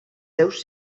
seus